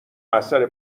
اثر